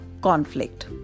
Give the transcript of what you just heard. conflict